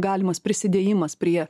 galimas prisidėjimas prie